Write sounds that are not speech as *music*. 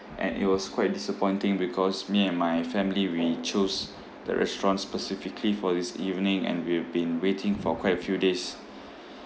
and it was quite disappointing because me and my family we chose the restaurant specifically for this evening and we have been waiting for quite a few days *breath*